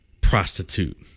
Prostitute